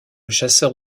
chasseur